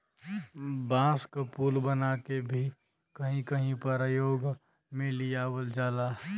बांस क पुल बनाके भी कहीं कहीं परयोग में लियावल जाला